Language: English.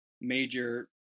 major